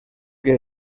que